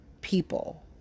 people